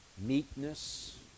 meekness